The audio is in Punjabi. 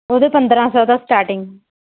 ਓਹਦੇ ਪੰਦਰਾਂ ਸੌ ਤੋਂ ਸਟਾਰਟਿੰਗ